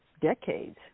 decades